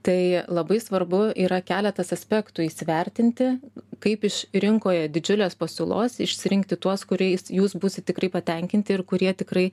tai labai svarbu yra keletas aspektų įsivertinti kaip iš rinkoje didžiulės pasiūlos išsirinkti tuos kuriais jūs būsit tikrai patenkinti ir kurie tikrai